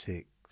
Six